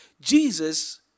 Jesus